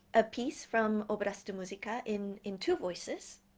a piece from obras de musica in in two voices